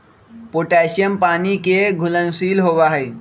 potassium पानी के घुलनशील होबा हई